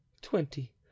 Twenty